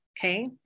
Okay